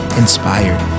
inspired